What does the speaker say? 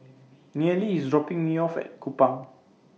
Nealie IS dropping Me off At Kupang